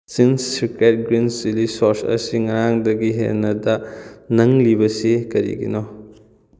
Ching's Secret green chilli sauce ꯑꯁꯤ ꯉꯔꯥꯡꯗꯒꯤ ꯍꯦꯟꯅꯗ ꯅꯪꯂꯤꯕꯁꯤ ꯀꯔꯤꯒꯤꯅꯣ